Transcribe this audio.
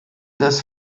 das